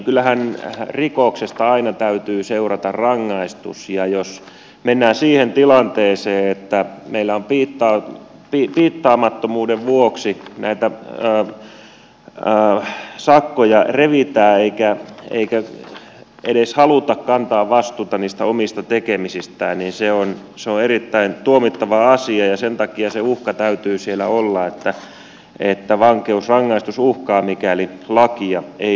kyllähän rikoksesta aina täytyy seurata rangaistus ja jos mennään siihen tilanteeseen että meillä piittaamattomuuden vuoksi näitä sakkoja revitään eikä edes haluta kantaa vastuuta niistä omista tekemisistä niin se on erittäin tuomittava asia ja sen takia sen uhkan täytyy siellä olla että vankeusrangaistus uhkaa mikäli lakia ei noudata